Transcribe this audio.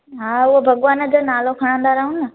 हा उहो भॻवानु जो नालो खणंदा रहूं न